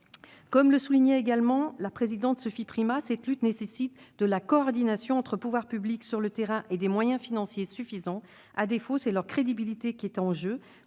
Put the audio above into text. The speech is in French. Comme le soulignait la présidente Sophie Primas, cette lutte nécessite une coordination entre pouvoirs publics sur le terrain et des moyens financiers suffisants ; à défaut, c'est leur crédibilité qui est en jeu,